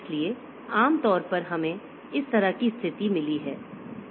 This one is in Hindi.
इसलिए आमतौर पर हमें इस तरह की स्थिति मिली है